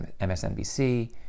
MSNBC